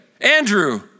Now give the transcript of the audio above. Andrew